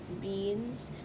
beans